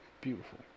beautiful